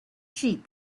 sheep